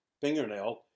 fingernail